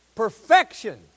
Perfection